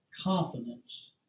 confidence